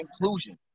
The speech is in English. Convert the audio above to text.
inclusion